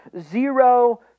zero